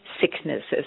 sicknesses